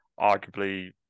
arguably